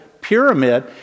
pyramid